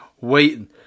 waiting